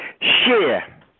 Share